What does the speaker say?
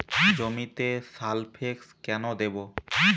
জমিতে সালফেক্স কেন দেবো?